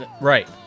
Right